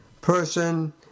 person